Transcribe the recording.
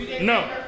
No